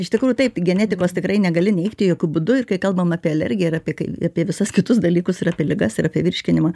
iš tikrųjų taip genetikos tikrai negali neigti jokiu būdu ir kai kalbam apie alergiją ir apie kai apie visas kitus dalykus ir apie ligas ir apie virškinimą